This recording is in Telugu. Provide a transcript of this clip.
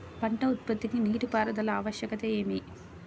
పంట ఉత్పత్తికి నీటిపారుదల ఆవశ్యకత ఏమి?